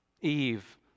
Eve